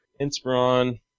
Inspiron